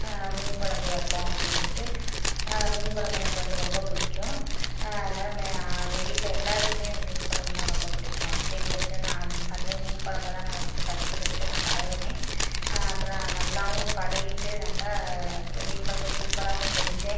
மீன் கொழம்பு வைப்போம் அப்படினு சொல்லிட்டு மீன் கொழம்பு எனக்கு வந்து ரொம்ப பிடிக்கும் அதனால் எங்கள் வீட்டில் எல்லாருக்குமே அந்த மீன் கொழம்புனா ரொம்ப பிடிக்கும் சரினு சொல்லிட்டு நான் அந் அந்த மீன் கொழம்ப தான் நான் வச்சு ஃபஸ்ட் ஃபஸ்ட் நான் பழகினேன் அப்புறம் நான் நல்லாவும் பழகிட்டு நல்லா மீன் கொழம்பு சூப்பராகவும் செஞ்சேன்